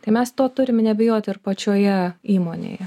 tai mes tuo turime neabejoti ir pačioje įmonėje